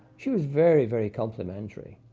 she was very, very complimentary.